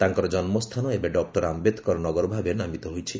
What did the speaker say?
ତାଙ୍କର ଜନ୍ମସ୍ଥାନ ଏବେ ଡକୁର ଆମ୍ଭେଦକର ନଗର ଭାବେ ନାମିତ ହୋଇଛି